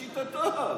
לשיטתו,